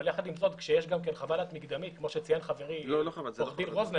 אבל יחד עם זאת כשיש חוות דעת מקדמית כמו שציין חברי עורך דין רוזנר,